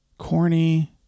corny